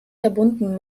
verbunden